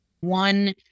One